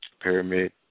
pyramid